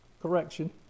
correction